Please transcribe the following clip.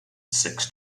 six